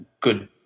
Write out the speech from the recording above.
good